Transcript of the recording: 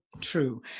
true